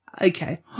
Okay